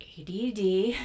ADD